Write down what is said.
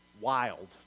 wild